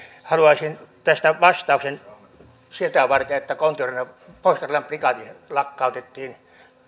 haluaisin tästä vastauksen sitä varten että pohjois karjalan prikaati lakkautettiin